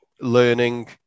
learning